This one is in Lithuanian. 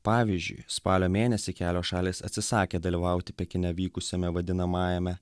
pavyzdžiui spalio mėnesį kelios šalys atsisakė dalyvauti pekine vykusiame vadinamajame